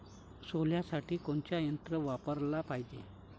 सोल्यासाठी कोनचं यंत्र वापराले पायजे?